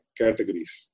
categories